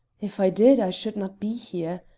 if i did, i should not be here.